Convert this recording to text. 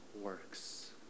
works